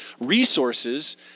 resources